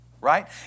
Right